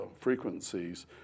frequencies